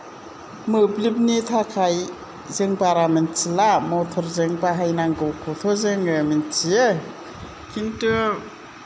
मोब्लिबनि थाखाय जों बारा मोन्थिला मथरजों बाहायनांगौखौथ' जों मोन्थियो किन्तु